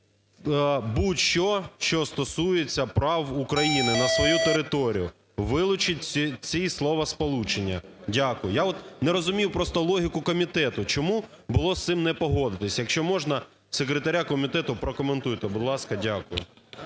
будь-що, що стосується прав України на свою територію. Вилучіть ці словосполучення. Дякую. Я от не розумію просто логіку комітету. Чому було з цим не погодитися? Якщо можна, секретаря комітету, прокоментуйте, будь ласка. Дякую.